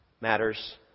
matters